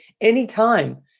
anytime